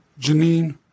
Janine